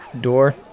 door